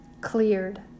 cleared